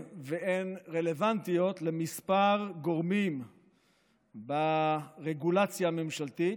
והן רלוונטיות לכמה גורמים ברגולציה הממשלתית.